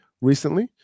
recently